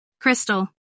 Crystal